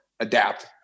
adapt